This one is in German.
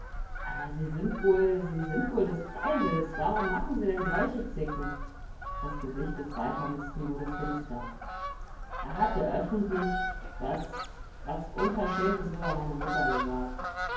aber sie sind wohl sie sind wohl des deiwels warum machen sie denn solche zicken das gesicht des waldhornisten wurde finster a hatte öffentlich was was unverschämtes über meine mutter gesagt